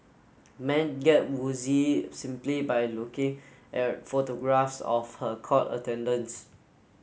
men get woozy simply by looking at photographs of her court attendance